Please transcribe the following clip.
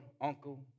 uncle